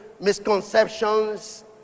misconceptions